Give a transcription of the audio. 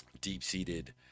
deep-seated